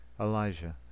Elijah